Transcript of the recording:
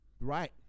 Right